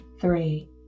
three